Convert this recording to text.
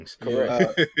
Correct